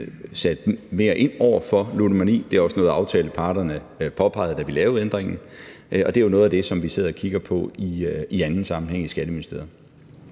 sat mere ind over for ludomani – det er også noget, aftaleparterne påpegede, da vi lavede ændringen – og det er jo noget af det, vi sidder og kigger på i anden sammenhæng i Skatteministeriet.